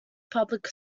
public